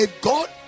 God